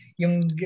Yung